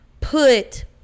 put